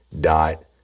dot